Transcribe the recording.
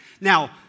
Now